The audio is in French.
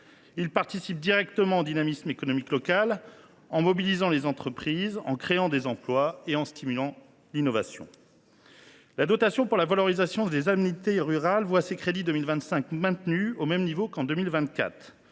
Ils participent directement du dynamisme économique local, en mobilisant les entreprises, en créant des emplois et en stimulant l’innovation. La dotation de soutien aux communes pour les aménités rurales voit ses crédits pour 2025 maintenus au même niveau qu’en 2024,